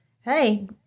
hey